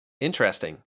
Interesting